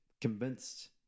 convinced